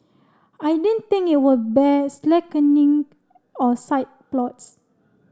I didn't think it would bear slackening or side plots